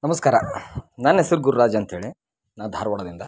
ನಮಸ್ಕಾರ ನನ್ನ ಹೆಸ್ರು ಗುರುರಾಜ್ ಅಂತ್ಹೇಳಿ ನಾ ಧಾರ್ವಾಡದಿಂದ